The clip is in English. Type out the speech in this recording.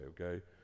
okay